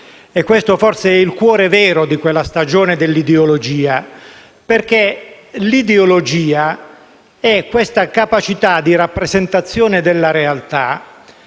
Questo forse è il cuore vero di quella stagione ideologica perché l'ideologia è proprio questa capacità di rappresentazione della realtà